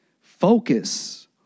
focus